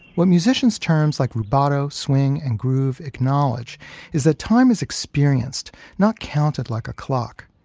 what musicians terms like rubato, swing, and groove acknowledge is that time is experienced, not counted like a clock.